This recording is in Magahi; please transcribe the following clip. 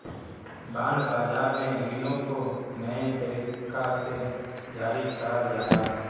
बांड बाज़ार में रीनो को नए तरीका से जारी कराल जाहा